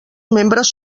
membres